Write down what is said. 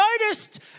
noticed